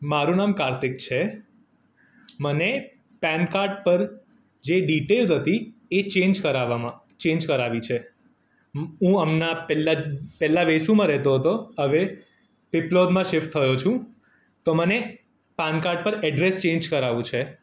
મારું નામ કાર્તિક છે મને પેનકાર્ડ પર જે ડીટેલ્સ હતી એ ચેન્જ કરાવવામાં ચેન્જ કરાવવી છે હું હમણાં પહેલાં જ પહેલાં વેસુમાં રહતો હતો હવે પિપલોદમાં શિફ્ટ થયો છું તો મને પાનકાર્ડ પર એડ્રેસ ચેન્જ કરાવવું છે